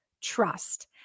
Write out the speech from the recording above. trust